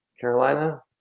Carolina